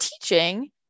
teaching